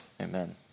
amen